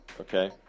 okay